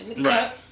Right